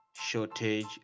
shortage